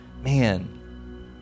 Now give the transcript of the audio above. man